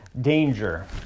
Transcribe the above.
danger